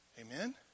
Amen